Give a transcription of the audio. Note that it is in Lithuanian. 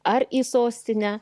ar į sostinę